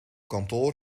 kantoor